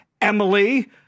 Emily